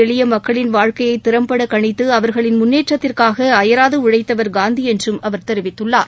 எளிய மக்களின் வாழ்க்கையை திறம்பட கணித்து எமை அவர்களின் முன்னேற்றத்திற்காக அயராது உழைத்தவர் காந்தி என்றும் அவர் தெரிவித்துள்ளார்